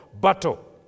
battle